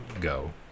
go